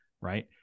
right